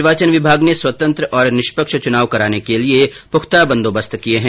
निर्वाचन विभाग ने स्वतंत्र और निष्पक्ष चुनाव कराने के लिए पुख्ता बंदोबस्त किए है